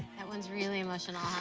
that one's really emotional, huh?